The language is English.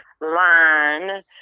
line